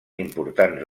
importants